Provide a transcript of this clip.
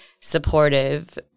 supportive